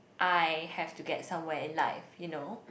I have to get somewhere in life you know